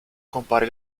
compare